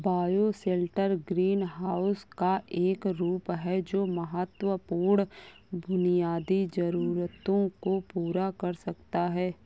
bioshelter greenhouse का एक रूप है जो महत्वपूर्ण बुनियादी जरूरतों को पूरा कर सकता है